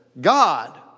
God